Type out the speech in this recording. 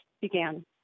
began